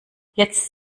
jetzt